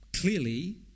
Clearly